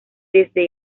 desde